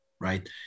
right